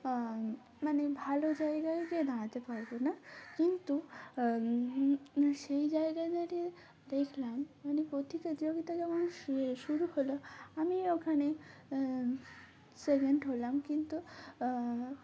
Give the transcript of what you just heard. মানে ভালো জায়গায় গিয়ে দাঁড়াতে পারবো না কিন্তু সেই জায়গা দাঁড়িয়ে দেখলাম মানে প্রতিযোগিতা যেমন শুরু হলো আমি ওখানে সেকেন্ড হলাম কিন্তু